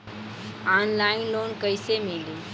Online loan कइसे मिली?